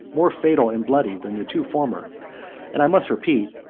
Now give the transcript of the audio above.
more fatal and bloody than the two former and i must repeat,